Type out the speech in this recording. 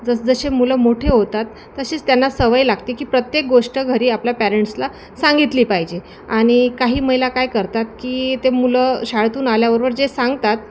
जसजसे मुलं मोठे होतात तसेच त्यांना सवय लागते की प्रत्येक गोष्ट घरी आपल्या पॅरेंट्सला सांगितली पाहिजे आणि काही महिला काय करतात की ते मुलं शाळेतून आल्याबरोबर जे सांगतात